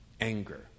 anger